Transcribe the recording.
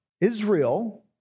Israel